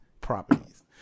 properties